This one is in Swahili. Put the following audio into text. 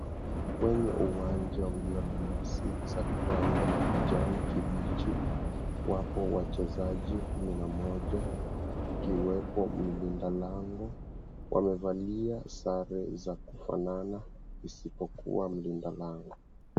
Kwenye uwanja ulio na nyasi za rangi ya kijani kibichi, wapo wachezaji kumi na moja ikiwepo mlinda lango wamevalia sare za kufanana isipokuwa mlinda lango.